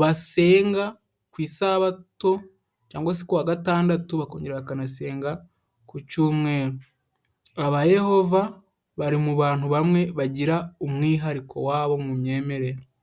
basenga ku isabato cyangwa se ku wa gatandatu, bakongera bakanasenga ku cyumweru. Abahamya ba Yehova bari mu bantu bamwe, bagira umwihariko wabo mu myemerere.